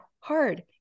hard